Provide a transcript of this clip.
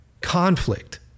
conflict